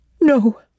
No